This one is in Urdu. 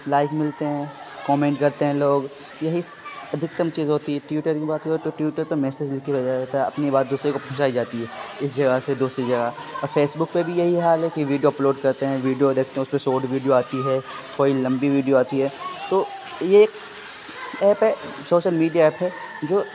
لائک ملتے ہیں کمنٹ کرتے ہیں لوگ یہی ادھکتم چیز ہوتی ہے ٹیوٹر کی بات کرو تو ٹیوٹر پہ میسج لکھ کے بھیجا جاتا ہے اپنی بات دوسرے کو پہنچائی جاتی ہے اس جگہ سے دوسری جگہ اور فیسبک پہ بھی یہی حال ہے کہ ویڈیو اپلوڈ کرتے ہیں ویڈیو دیکھتے ہیں اس پہ شوٹ ویڈیو آتی ہے کوئی لمبی ویڈیو آتی ہے تو یہ ایک ایپ ہے سوشل میڈیا ایپ ہے جو